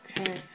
Okay